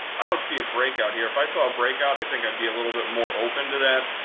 i don't see a breakout here. if i saw a breakout, i think i'd be a little bit more open to that.